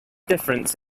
difference